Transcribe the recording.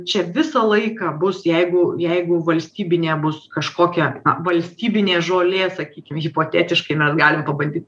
čia visą laiką bus jeigu jeigu valstybinė bus kažkokia valstybinė žolė sakykim hipotetiškai mes galim pabandyt